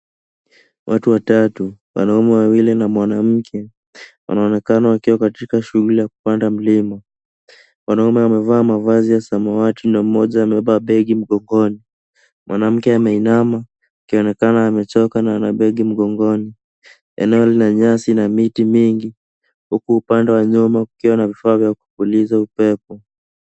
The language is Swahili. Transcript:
Watu watatu, wanaume wawili na mwanamke, wanaonekana wakiwa katika shughuli ya kupanda mlima. Mwanaume amevaa mavazi ya samawati mmoja amebeba begi mgongoni. Mwanamke ameinama akionekana amechoka na ana begi mgongoni. Eneo lina nyasi na miti mingi. Huku upande wa nyuma kukiwa na vifaa vya kupuliza upepo.